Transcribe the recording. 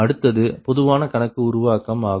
அடுத்தது பொதுவான கணக்கு உருவாக்கம் ஆகும்